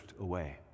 away